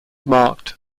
marked